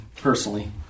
personally